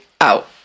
out